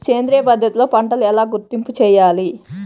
సేంద్రియ పద్ధతిలో పంటలు ఎలా గుర్తింపు చేయాలి?